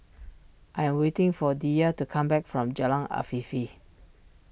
I am waiting for Diya to come back from Jalan Afifi